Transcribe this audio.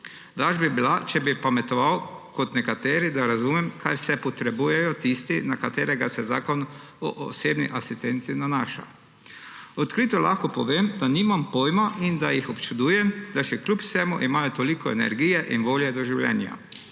Laž bi bila, če bi pametoval kot nekateri, da razumem, kaj vse potrebujejo tisti, na katere se Zakon o osebni asistenci nanaša. Odkrito lahko povem, da nimam pojma in da jih občudujem, da še kljub vsemu imajo toliko energije in volje do življenja.